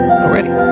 Already